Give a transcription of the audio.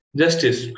justice